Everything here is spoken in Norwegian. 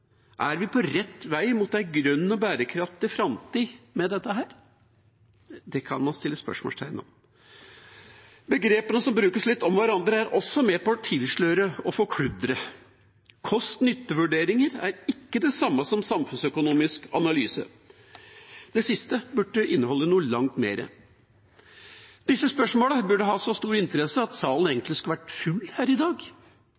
Er vi på rett vei, mot en grønn og bærekraftig framtid, med dette? Det kan man stille spørsmål ved. Begrepene som brukes litt om hverandre, er også med på å tilsløre og forkludre. Kost-nytte-vurderinger er ikke det samme som samfunnsøkonomisk analyse. Det siste burde inneholde noe langt mer. Disse spørsmålene burde ha så stor interesse at salen